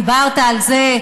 דיברת על זה,